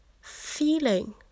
feeling